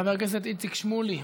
חבר הכנסת איציק שמולי,